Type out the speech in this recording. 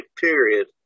period